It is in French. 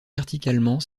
verticalement